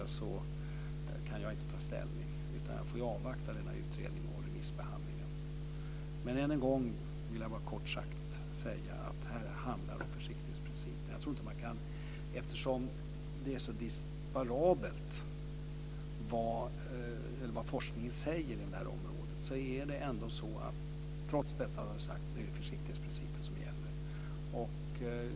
kan jag inte ta ställning, utan jag får avvakta denna utredning och remissbehandlingen. Men än en gång vill jag kort säga att här handlar det om försiktighetsprincipen. Eftersom det är så disparat vad forskningen säger inom det här området, är det försiktighetsprincipen som gäller.